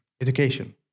Education